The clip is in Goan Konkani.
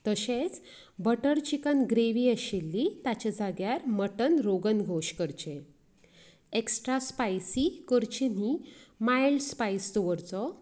तशेंच बटर चिकन ग्रेवी आशिल्ली ताच्या जाग्यार मटन रोगन वॉश करचें एक्स्ट्रा स्पायसी करच्यो न्हय मायल्ड स्पायस दवरचो